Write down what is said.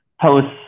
posts